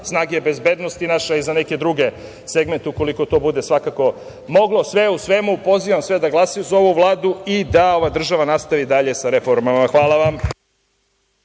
snage bezbednosti naše i za neke druge segmente, ukoliko to bude moglo. Sve u svemu, pozivam sve da glasaju za ovu Vladu i da ova država nastavi dalje sa reformama. Hvala.